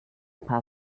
paar